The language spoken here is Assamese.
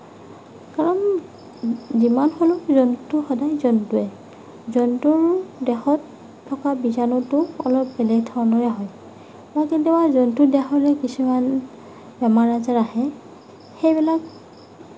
কাৰণ যিমান হ'লেও জন্তু সদায় জন্তুৱেই জন্তুৰ দেহত থকা বীজাণুটো অলপ বেলেগ ধৰণৰেই হয় মই কেতিয়াবা জন্তু দেখিলে কিছুমান বেমাৰ আজাৰ আহে সেইবিলাক